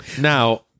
Now